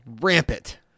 rampant